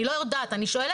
אני לא יודעת, אני שואלת.